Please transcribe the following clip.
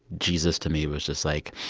jesus to me was just, like,